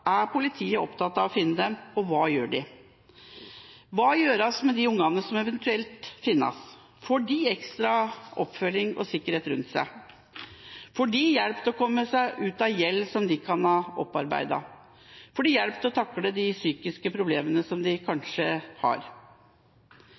er politiet opptatt av å finne dem, og hva gjør de? Hva gjøres med de ungene som eventuelt finnes – får de ekstra oppfølging og sikkerhet rundt seg? Får de hjelp til å komme seg ut av gjeld som de kan ha pådratt seg? Får de hjelp til å takle de psykiske problemene som de